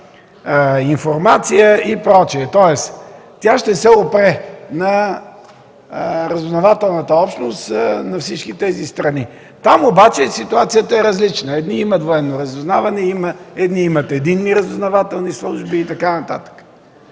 информация и прочие. Тоест тя ще се опре на разузнавателната общност на всички тези страни. Там обаче ситуацията е различна. Едни имат военно разузнаване, имат единни разузнавателни служби и така нататък.